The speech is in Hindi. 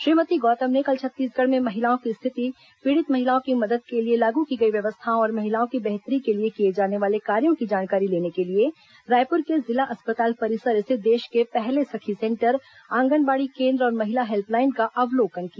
श्रीमती गौतम ने कल छत्तीसगढ़ में महिलाओं की स्थिति पीड़ित महिलाओं की मदद के लिए लागू की गई व्यवस्थाओं और महिलाओं की बेहतरी के लिए किए जाने वाले कार्यों की जानकारी लेने के लिए रायपुर के जिला अस्पताल परिसर स्थित देश के पहले सखी सेंटर आंगनबाड़ी केन्द्र और महिला हेल्प लाइन का अवलोकन किया